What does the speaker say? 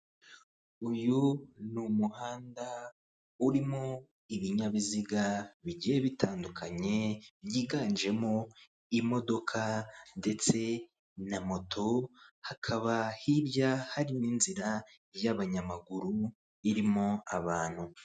Uyu ni umuhanda urimo ibinyabiziga bigiye bitandukanye byiganjemo imodoka ndetse na moto, hakaba hirya harimo inzira y'abanyamaguru irimo abantu.